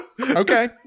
Okay